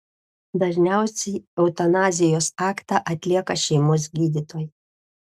dažniausiai eutanazijos aktą atlieka šeimos gydytojai